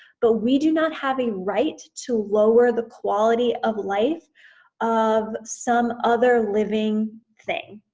but we do not have a right to lower the quality of life of some other living thing.